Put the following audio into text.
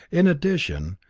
in addition,